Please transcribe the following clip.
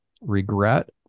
regret